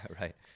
right